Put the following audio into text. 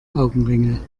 augenringe